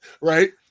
right